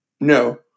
No